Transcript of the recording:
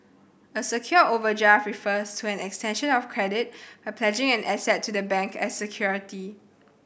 a secured overdraft refers to an extension of credit by pledging an asset to the bank as security